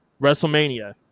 WrestleMania